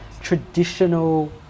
traditional